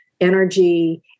energy